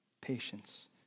patience